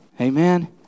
Amen